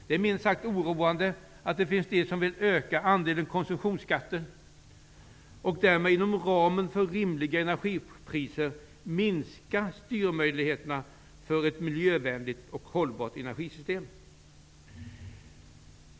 Det är minst sagt oroande att det finns de som vill öka andelen konsumtionsskatter och därmed, inom ramen för rimliga energipriser, minska styrmöjligheterna för ett miljövänligt och hållbart energisystem.